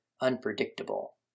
unpredictable